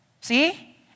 see